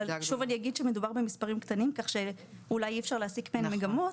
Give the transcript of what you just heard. שוב אגיד שמדובר במספרים קטנים כך שאולי אי אפשר להסיק מהם על מגמות,